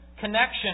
connection